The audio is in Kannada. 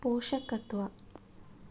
ಪೋಷಕತ್ವ